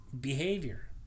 behavior